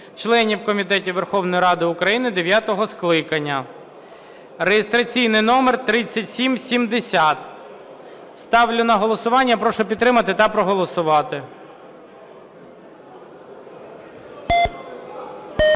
членів комітетів Верховної Ради України дев'ятого скликання" (реєстраційний номер 3770). Ставлю на голосування. Прошу підтримати та проголосувати.